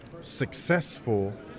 successful